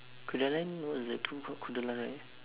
kodaline what is that two called kodaline right